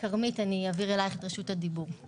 אני אמשיך את הדברים של יעל.